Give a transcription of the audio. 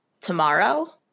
Tomorrow